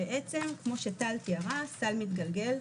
הסל מתגלגל,